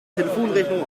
telefonrechnung